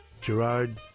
Gerard